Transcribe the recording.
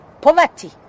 poverty